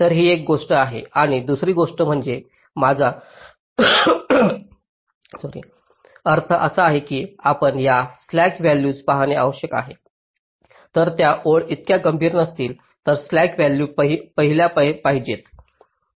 तर ही एक गोष्ट आहे आणि दुसरी गोष्ट म्हणजे माझा अर्थ असा आहे की आपणास या स्लॅक व्हॅल्यूज पहाणे आवश्यक आहे जर त्या ओळी इतक्या गंभीर नसतील तर स्लॅक व्हॅल्यू पाहिल्या पाहिजेत